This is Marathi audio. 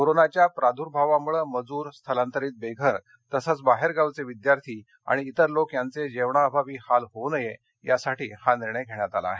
कोरोनाच्या प्रादूर्भावामुळे मजुर स्थलांतरीत बेघर तसंच बाहेरगावचे विद्यार्थी आणि इतर लोक यांचे जेवणाअभावी हाल होऊ नये यासाठी हा निर्णय घेण्यात आला आहे